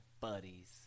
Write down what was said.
buddies